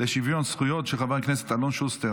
לשוויון זכויות), של חבר הכנסת אלון שוסטר.